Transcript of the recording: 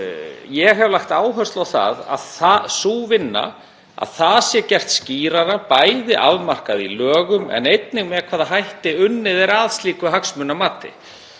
Ég hef lagt áherslu á það að í þeirri vinnu sé það haft skýrara, bæði afmarkað í lögum en einnig með hvaða hætti unnið er að slíku hagsmunamati.